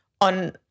on